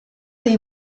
dei